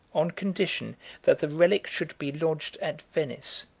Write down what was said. on condition that the relic should be lodged at venice,